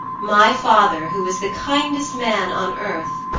my father, who is the kindest man on earth,